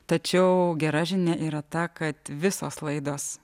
tačiau gera žinia yra ta kad visos laidos